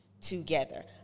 together